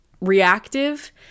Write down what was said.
reactive